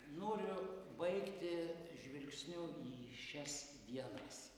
noriu baigti žvilgsniu į šias dienas